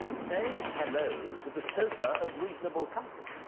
say hello to the sofa of reasonable comfort!